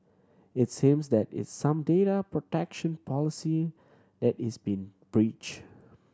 its seems that is some data protection policy that is being breached